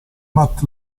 matt